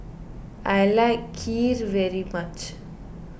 I like Kheer very much